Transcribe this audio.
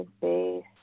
base